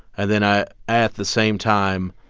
and then ah at the same time,